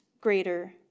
greater